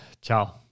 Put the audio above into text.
Ciao